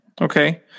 Okay